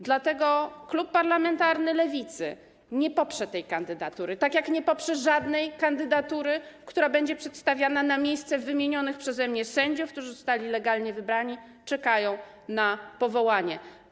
Dlatego klub parlamentarny Lewicy nie poprze tej kandydatury, tak jak nie poprze żadnej kandydatury, która będzie przedstawiana na miejsce wymienionych przeze mnie sędziów, którzy zostali legalnie wybrani i czekają na powołanie.